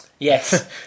Yes